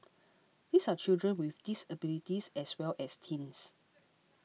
these are children with disabilities as well as teens